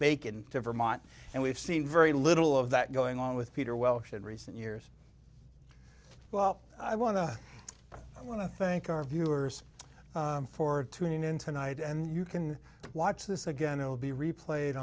bacon to vermont and we've seen very little of that going on with peter welch in recent years well i want to i want to thank our viewers for tuning in tonight and you can watch this again it will be replayed